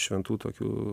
šventų tokių